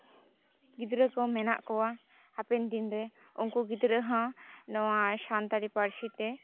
ᱜᱤᱫᱽᱨᱟᱹ ᱠᱚ ᱢᱮᱱᱟᱜ ᱠᱚᱣᱟ ᱦᱟᱯᱮᱱ ᱫᱤᱱᱨᱮ ᱩᱱᱠᱩ ᱜᱤᱫᱽᱨᱟᱹ ᱦᱚᱸ ᱱᱚᱣᱟ ᱥᱟᱱᱛᱟᱲᱤ ᱯᱟᱹᱨᱥᱤᱛᱮ